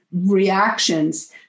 reactions